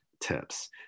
tips